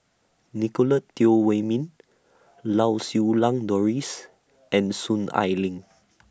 Nicolette Teo Wei Min Lau Siew Lang Doris and Soon Ai Ling